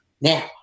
Now